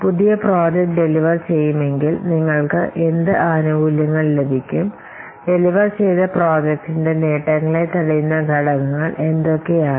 പുതിയ project deliver ചെയ്യുമെങ്കിൽ നിങ്ങൾക്ക് എന്ത് ആനുകൂല്യങ്ങൾ ലഭിക്കും ഡെലിവർ ചെയ്ത പ്രോജക്റ്റിന്റെ ഈ ആനുകൂല്യങ്ങൾ ലഭിക്കുന്നതിന് ഏതെല്ലാം ഘടകങ്ങൾ ഭീഷണിപ്പെടുത്തും